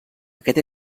aquest